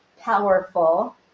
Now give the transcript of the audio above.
powerful